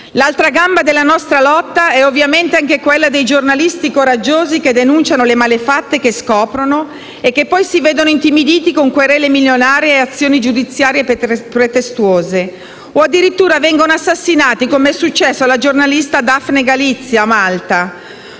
L'altra gamba della nostra lotta è ovviamente anche quella dei giornalisti coraggiosi che denunciano le malefatte che scoprono e che poi si vedono intimiditi con querele milionarie e azioni giudiziarie pretestuose o, addirittura, vengono assassinati, come successo alla giornalista Daphne Galizia a Malta